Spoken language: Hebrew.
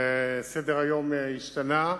וסדר-היום השתנה,